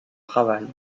travail